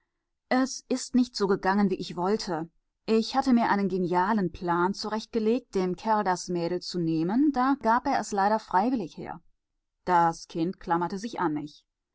es ist nicht so gegangen wie ich wollte ich hatte mir einen genialen plan zurechtgelegt dem kerl das mädel zu nehmen da gab er es leider freiwillig her das kind klammerte sich an